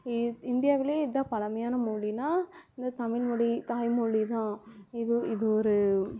இ இந்தியாவிலையே இதான் பழைமையான மொழினால் இந்த தமிழ்மொழி தாய்மொழிதான் இது இது ஒரு